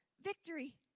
victory